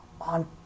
on